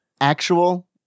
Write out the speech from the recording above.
Actual